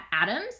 atoms